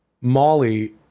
Molly